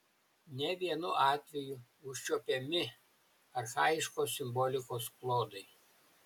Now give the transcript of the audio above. ne vienu atveju užčiuopiami archaiškos simbolikos klodai